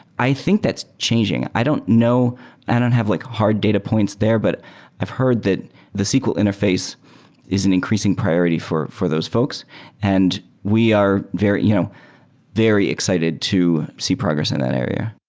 i think that's changing. i don't and and have like hard data points there, but i've heard that the sql interface is an increasing priority for for those folks and we are very you know very excited to see progress in that area